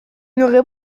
n’aurais